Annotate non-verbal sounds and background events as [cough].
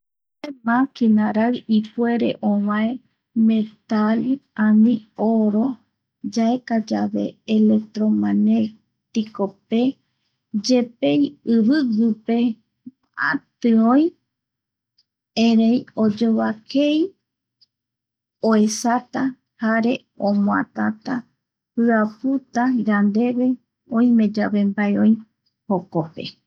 [hesitation] Maquina rai ipuere ovae metal ani oro yaeka yave electroma, gnéticope yepei iviguipe máati oi erei oyovakei oesata jare omoatata jiaputa yandeve oimeyave mbae oi jokope.